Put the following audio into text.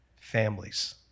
families